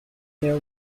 their